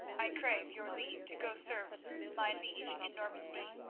i crave your leave to go serve my liege in normandy.